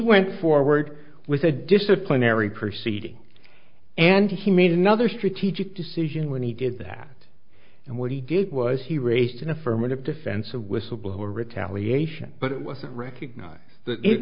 went forward with a disciplinary proceeding and he made another strategic decision when he did that and what he did was he raised an affirmative defense of whistleblower retaliation but it wasn't recognize